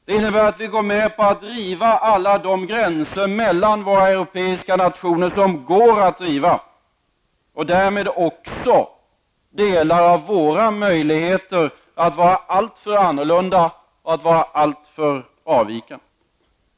Det innebär att vi går med på att riva alla de gränser mellan våra europeiska nationer som går att riva och därmed också delar av våra möjligheter att vara alltför annorlunda och avvikande.